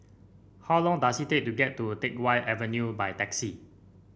how long does it take to get to Teck Whye Avenue by taxi